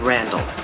Randall